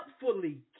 helpfully